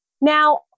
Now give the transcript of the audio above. Now